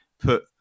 put